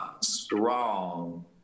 strong